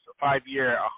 Five-year